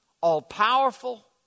all-powerful